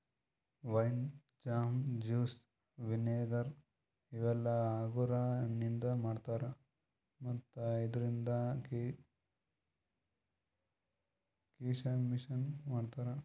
wine, jam, juice, vinegar ಇವೆಲ್ಲ ಅಂಗುರ್ ಹಣ್ಣಿಂದ್ ಮಾಡ್ತಾರಾ ಮತ್ತ್ ಇದ್ರಿಂದ್ ಕೀಶಮಿಶನು ಮಾಡ್ತಾರಾ